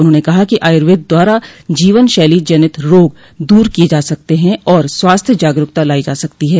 उन्होंने कहा कि आयुर्वेद द्वारा जीवन शैली जनित रोग दूर किये जा सकते हैं और स्वास्थ्य जागरूकता लाई जा सकती है